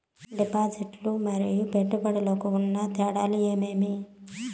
డిపాజిట్లు లు మరియు పెట్టుబడులకు ఉన్న తేడాలు ఏమేమీ?